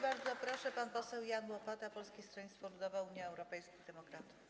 Bardzo proszę, pan poseł Jan Łopata, Polskie Stronnictwo Ludowe - Unia Europejskich Demokratów.